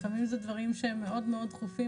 לפעמים אלה דברים שהם מאוד מאוד דחופים